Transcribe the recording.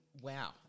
Wow